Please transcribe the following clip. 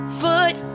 foot